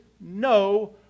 no